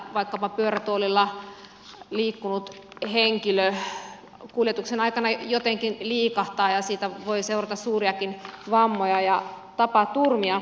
vaikkapa pyörätuolilla liikkunut henkilö kuljetuksen aikana jotenkin liikahtaa ja siitä voi seurata suuriakin vammoja ja tapaturmia